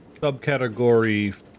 subcategory